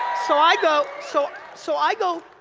so i go, so so i go,